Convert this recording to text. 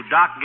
Doc